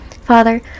Father